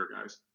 guys